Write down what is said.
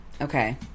Okay